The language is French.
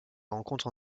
rencontre